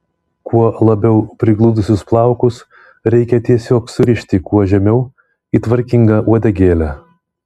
kuo labiau prigludusius plaukus reikia tiesiog surišti kuo žemiau į tvarkingą uodegėlę